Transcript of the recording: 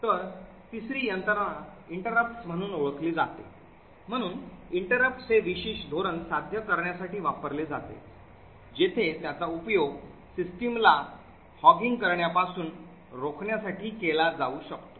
तर तिसरी यंत्रणा interrupts म्हणून ओळखली जाते म्हणून interrupts हे विशिष्ट धोरण साध्य करण्यासाठी वापरले जाते जेथे त्याचा उपयोग सिस्टमला एकत्रीकरण करण्यापासून रोखण्यासाठी केला जाऊ शकतो